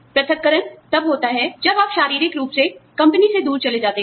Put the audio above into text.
पृथक्करण तब होता है जब आप शारीरिक रूप से कंपनी से दूर चले जाते हैं